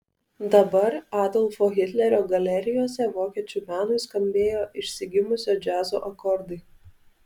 dabar adolfo hitlerio galerijose vokiečių menui skambėjo išsigimusio džiazo akordai